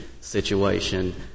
situation